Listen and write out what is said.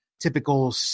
typical